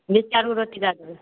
रोटी दय देबै